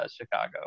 Chicago